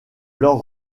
leurs